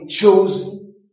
chosen